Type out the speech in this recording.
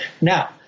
Now